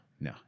no